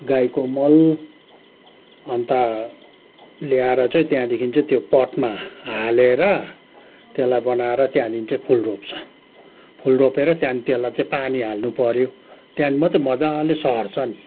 गाईको मल अन्त ल्याएर चाहिँ त्यहाँदेखि चाहिँ त्यो पटमा हालेर त्यसलाई बनाएर त्यहाँदेखि चै फुल रोप्छ फुल रोपेर त्यहाँदेखि त्यसलाई चाहिँ पानी हाल्नुपऱ्यो त्यहाँदेखि मात्रै मजाले सर्छ नि